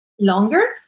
longer